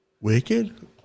Wicked